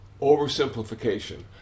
Oversimplification